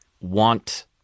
want